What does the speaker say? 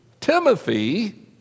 Timothy